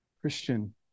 Christian